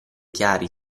chiari